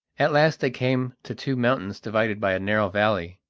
at last they came to two mountains divided by a narrow valley.